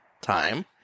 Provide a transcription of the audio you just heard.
time